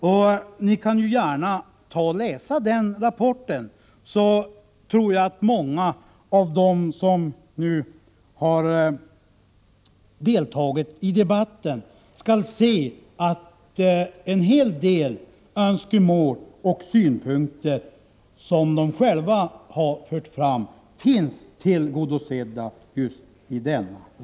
Ni som nu har deltagit i debatten kan gärna läsa denna rapport, och jag tror att många av er då skall se att en hel del önskemål och synpunkter som ni själva har fört fram är tillgodosedda just där.